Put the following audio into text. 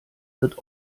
wird